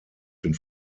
den